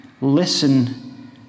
listen